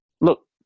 look